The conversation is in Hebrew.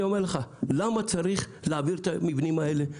אני אומר לך למה צריך להעביר את המבנים האלה?